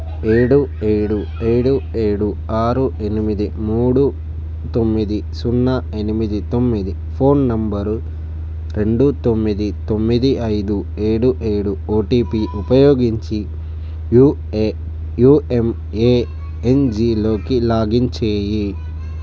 ఏడు ఏడు ఏడు ఏడు ఆరు ఎనిమిది మూడు తొమ్మిది సున్నా ఎనిమిది తొమ్మిది ఫోన్ నంబర్ రెండు తొమ్మిది తొమ్మిది ఐదు ఏడు ఏడు ఓటిపి ఉపయోగించి యుఏ యుఎమ్ఏఎన్జిలోకి లాగిన్ చేయి